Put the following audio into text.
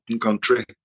country